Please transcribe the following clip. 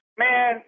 man